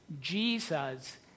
Jesus